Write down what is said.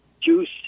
juice